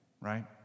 Right